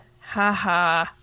Haha